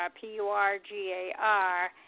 P-U-R-G-A-R